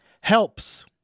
Helps